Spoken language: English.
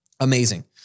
Amazing